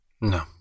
No